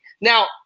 Now